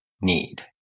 need